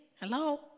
hello